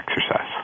exercise